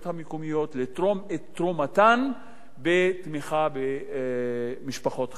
המקומיות לתרום את תרומתן בתמיכה במשפחות חלשות.